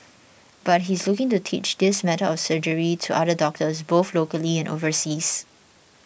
but he's looking to teach this method of surgery to other doctors both locally and overseas